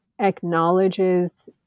acknowledges